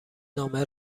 نامه